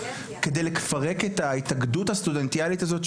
כדי לפרק את ההתאגדות הסטודנטיאלית הזאת,